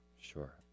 sure